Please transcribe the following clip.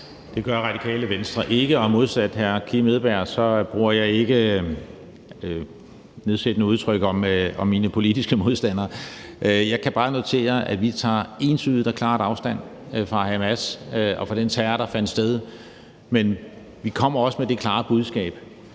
Det gør Radikale Venstre ikke, og modsat hr. Kim Edberg Andersen bruger jeg ikke nedsættende udtryk om mine politiske modstandere. Jeg kan bare notere, at vi tager entydigt og klart afstand fra Hamas og fra den terror, der fandt sted. Men vi kommer også med det klare budskab,